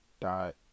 dot